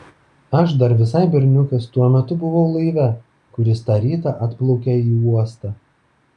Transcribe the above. aš dar visai berniukas tuo metu buvau laive kuris tą rytą atplaukė į uostą